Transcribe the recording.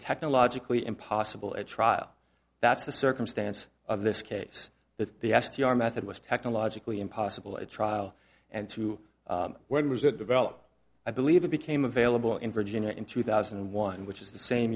technologically impossible at trial that's the circumstance of this case that the s t r method was technologically impossible at trial and two when was it developed i believe it became available in virginia in two thousand and one which is the same